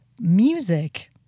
music